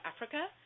Africa